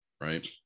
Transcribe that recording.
Right